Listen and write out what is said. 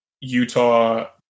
Utah